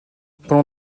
pendant